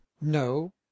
no